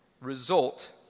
result